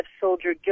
soldier